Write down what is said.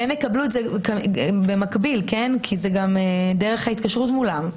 הם יקבלו את זה במקביל כי זו דרך ההתקשרות מולם.